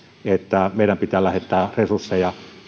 että meidän pitää lähettää resursseja